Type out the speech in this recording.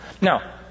Now